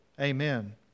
Amen